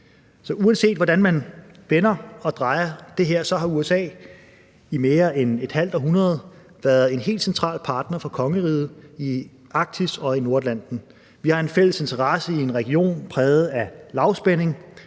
uanset hvordan man vender og drejer det her, har USA i mere end et halvt århundrede været en helt central partner for kongeriget i Arktis og i Nordatlanten. Kl. 17:15 Vi har en fælles interesse i en region præget af lavspænding.